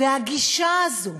והגישה הזאת,